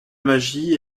magie